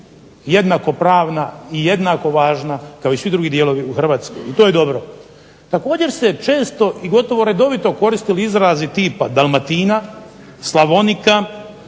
jednakopravna i jednako važna kao i svi drugi dijelovi u Hrvatskoj. I to je dobro. Također se često i gotovo redovito koriste izrazi tipa Dalmatina, Slavonika,